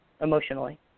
emotionally